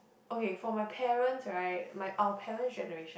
okay for my parents right my our parents generation